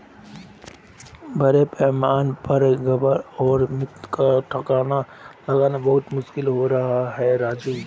बड़े पैमाने पर गोबर और मूत्र का ठिकाना लगाना बहुत मुश्किल हो रहा है राजू